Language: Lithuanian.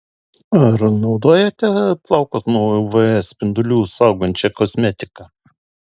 ar naudojate plaukus nuo uv spindulių saugančią kosmetiką